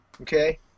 Okay